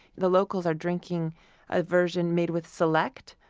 the locals are drinking a version made with select,